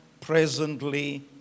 presently